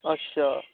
अच्छा